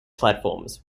platforms